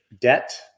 debt